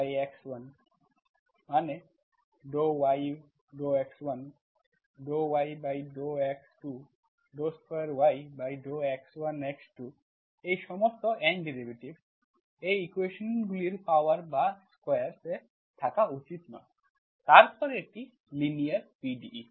y1yx1yx2yx1x2 মানে y1∂yx1∂yx22yx1 x2 এই সমস্ত N ডেরিভেটিভস এই ইকুয়েশন্সেগুলির পাওয়ার বা স্কোয়ারেস ত্র থাকা উচিত নয় তারপর এটি লিনিয়ার PDE